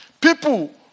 People